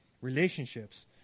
relationships